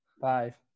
Five